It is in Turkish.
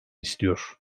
istiyor